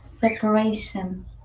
separation